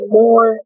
more